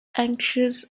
anxious